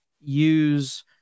use